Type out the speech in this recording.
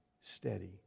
steady